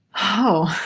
oh!